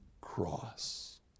cross